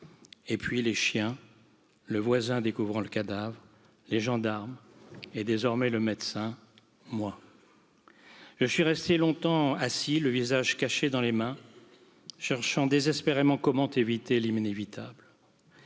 Et puis les chiens, le voisin, découvrant le cadavre, les gendarmes et, désormais, le médecin, moi Je suis resté longtemps assis, le visage caché dans les mains cherchant désespérément comment éviter l'inévitable